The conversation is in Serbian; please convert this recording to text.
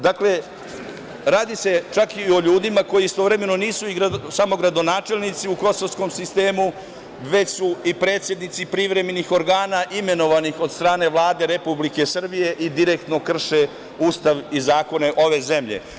Dakle, radi se čak i o ljudima koji istovremeno nisu samo gradonačelnici u kosovskom sistemu, već su i predsednici privremenih organa imenovanih od strane Vlade Republike Srbije i direktno krše Ustav i zakone ove zemlje.